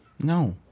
No